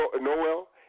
Noel